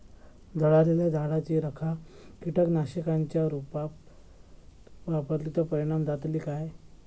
जळालेल्या झाडाची रखा कीटकनाशकांच्या रुपात वापरली तर परिणाम जातली काय?